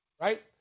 Right